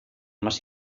más